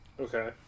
okay